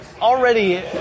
Already